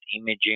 imaging